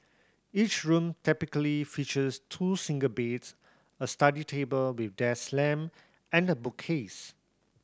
each room typically features two single beds a study table with desk lamp and a bookcase